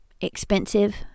expensive